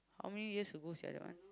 how many years ago sia that one